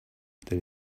that